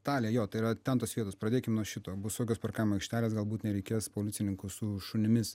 italija jo tai yra ten yra tos vietos pradėkim nuo šito bus saugios parkavimo aikštelės galbūt nereikės policininkų su šunimis